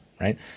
right